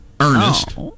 Ernest